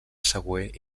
següent